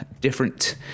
different